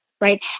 right